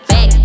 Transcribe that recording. Back